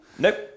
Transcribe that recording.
Nope